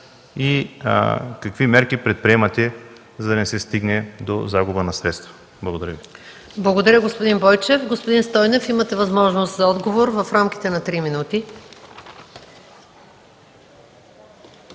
и какви мерки предприемате, за да не се стигне до загуба на средства. Благодаря. ПРЕДСЕДАТЕЛ МАЯ МАНОЛОВА: Благодаря, господин Бойчев. Господин Стойнев, имате възможност за отговор в рамките на три минути.